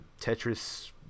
Tetris